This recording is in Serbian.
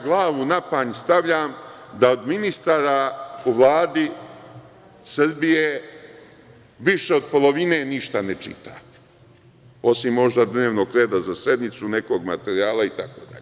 Glavu na panj stavljam da od ministara u Vladi Srbije više od polovine ništa ne čita, osim možda dnevnog reda za sednicu, nekog materijala itd.